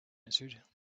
answered